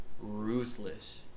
ruthless